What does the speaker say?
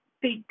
big